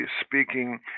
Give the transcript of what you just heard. speaking